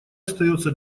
остается